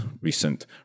recent